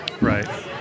Right